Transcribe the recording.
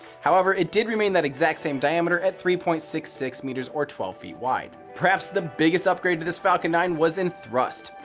however it did remain that exact same diameter at three point six six meters or twelve feet wide. perhaps the biggest upgrade to this falcon nine was in thrust.